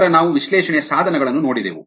ನಂತರ ನಾವು ವಿಶ್ಲೇಷಣೆಯ ಸಾಧನಗಳನ್ನು ನೋಡಿದೆವು